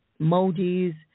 Emojis